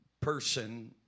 person